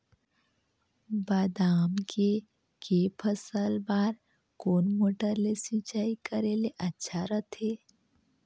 बादाम के के फसल बार कोन मोटर ले सिंचाई करे ले अच्छा रथे?